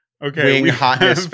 Okay